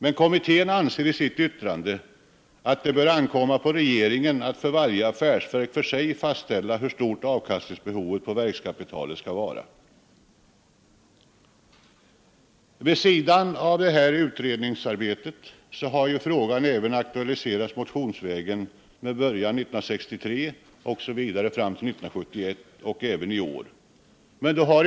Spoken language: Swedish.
Men kommittén anser i sitt yttrande att det bör ankomma på regeringen att för varje affärsverk för sig fastställa hur stort avkastningsbehovet på verkskapitalet skall vara. Vid sidan av detta utredningsarbete har frågan även aktualiserats motionsvägen med början 1963 osv. fram till 1971 och även i år.